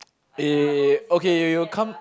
eh okay you you come